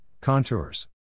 contours